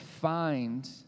find